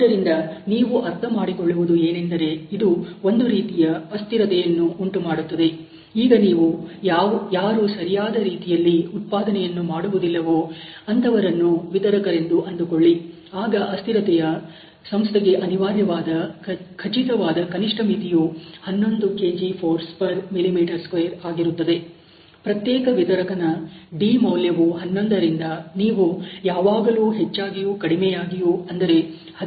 ಆದ್ದರಿಂದ ನೀವು ಅರ್ಥಮಾಡಿಕೊಳ್ಳುವುದು ಏನೆಂದರೆ ಇದು ಒಂದು ರೀತಿಯ ಅಸ್ಥಿರತೆಯನ್ನು ಉಂಟುಮಾಡುತ್ತದೆ ಈಗ ನೀವು ಯಾರು ಸರಿಯಾದ ರೀತಿಯಲ್ಲಿ ಉತ್ಪಾದನೆಯನ್ನು ಮಾಡುವುದಿಲ್ಲವೋ ಅಂತವರನ್ನು ವಿತರಕರೆಂದು ಅಂದುಕೊಳ್ಳಿ ಆಗ ಅಸ್ತಿರತೆ ಯ ಸಂಸ್ಥೆಗೆ ಅನಿವಾರ್ಯವಾದ ಖಚಿತವಾದ ಕನಿಷ್ಠ ಮಿತಿಯು 11 kgfmm2 ಆಗಿರುತ್ತದೆ ಪ್ರತ್ಯೇಕ ವಿತರಕನ d ಮೌಲ್ಯವು 11 ರಿಂದ ನೀವು ಯಾವಾಗಲೂ ಹೆಚ್ಚಾಗಿಯೂ ಕಡಿಮೆಯಾಗಿಯೂ ಅಂದರೆ 13 ಅಥವಾ 14 ಎಂದು ಪರಿಗಣಿಸಬಹುದು